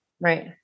Right